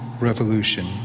revolution